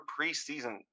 preseason